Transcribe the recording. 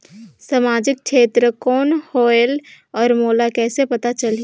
समाजिक क्षेत्र कौन होएल? और मोला कइसे पता चलही?